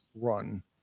run